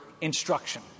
instruction